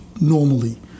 normally